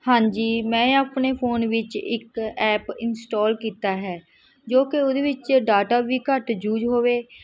ਹਾਂਜੀ ਮੈਂ ਆਪਣੇ ਫੋਨ ਵਿੱਚ ਇੱਕ ਐਪ ਇੰਸਟਾਲ ਕੀਤਾ ਹੈ ਜੋ ਕਿ ਉਹਦੇ ਵਿੱਚ ਡਾਟਾ ਵੀ ਘੱਟ ਯੂਜ ਹੋਵੇ